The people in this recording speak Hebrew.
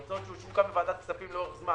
ההוצאות שאושרו כאן בוועדת הכספים לאורך זמן.